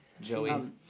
Joey